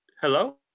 Hello